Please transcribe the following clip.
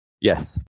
Yes